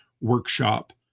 workshop